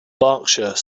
berkshire